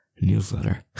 newsletter